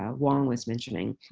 ah huang was mentioning,